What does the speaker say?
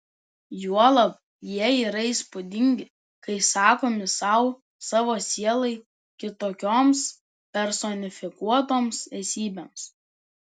juolab jie yra įspūdingi kai sakomi sau savo sielai kitokioms personifikuotoms esybėms